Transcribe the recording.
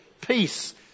peace